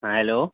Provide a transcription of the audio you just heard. hello